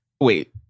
Wait